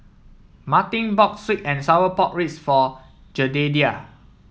Martin bought sweet and Sour Pork Ribs for Jedediah